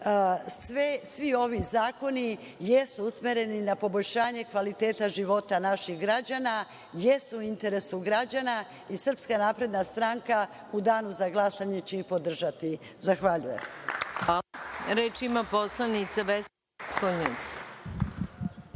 ovi zakoni jesu usmereni na poboljšanje kvaliteta života naših građana, jesu u interesu građana i SNS u danu za glasanje će ih podržati. Zahvaljujem.